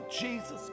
Jesus